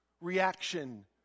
reaction